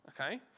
okay